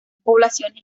poblaciones